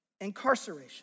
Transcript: incarceration